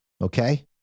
Okay